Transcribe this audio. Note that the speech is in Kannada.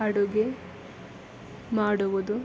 ಅಡುಗೆ ಮಾಡುವುದು